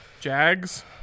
Jags